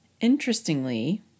Interestingly